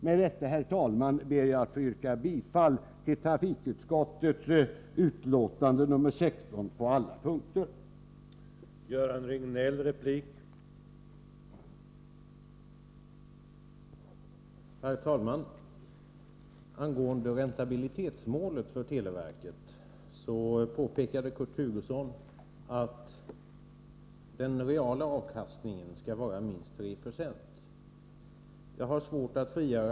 Med detta, herr talman, ber jag att få yrka bifall till trafikutskottets hemställan på alla punkter i betänkande nr 16.